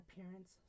appearance